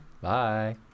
bye